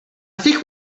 think